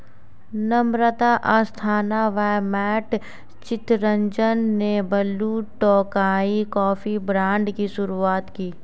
नम्रता अस्थाना व मैट चितरंजन ने Blue Tokai coffee brand की शुरुआत की